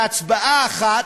בהצבעה אחת,